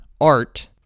art